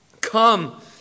Come